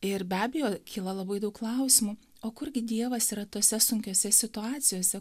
ir be abejo kyla labai daug klausimų o kurgi dievas yra tose sunkiose situacijose